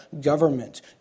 government